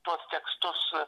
tuos tekstus